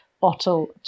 bottle